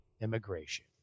immigration